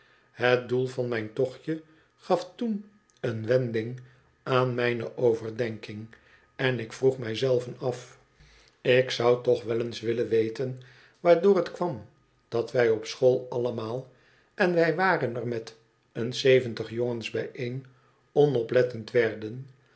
het doel van mijn tochtje gaf toen een wending aan mijne overdenking en ik vroeg mij zelven af i k zou toch wel eens willen weten waardoor het kwam dat wij op school allemaal en wij waren er met een zeventig jongens bijeen onoplettend werden